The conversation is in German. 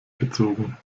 gezogen